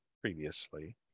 previously